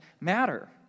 matter